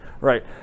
Right